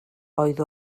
oedd